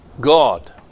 God